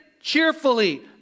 Cheerfully